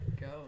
Go